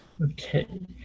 Okay